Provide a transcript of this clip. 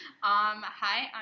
Hi